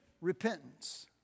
repentance